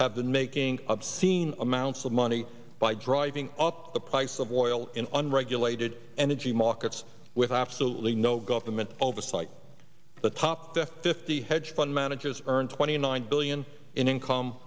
have been making obscene amounts of money by driving up the price of oil in unregulated energy markets with absolutely no government oversight the top fifty hedge fund managers earn twenty nine billion in income